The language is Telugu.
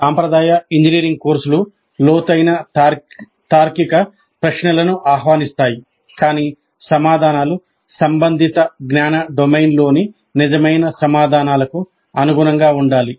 సాంప్రదాయ ఇంజనీరింగ్ కోర్సులు లోతైన తార్కిక ప్రశ్నలను ఆహ్వానిస్తాయి కాని సమాధానాలు సంబంధిత జ్ఞాన డొమైన్లోని 'నిజమైన' సమాధానాలకు అనుగుణంగా ఉండాలి